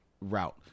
route